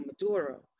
Maduro